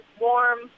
warm